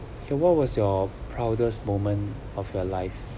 ya what was your proudest moment of your life